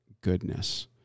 goodness